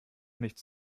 nichts